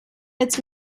its